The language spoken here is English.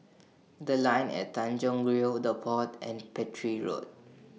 The Line At Tanjong Rhu The Pod and Petir Road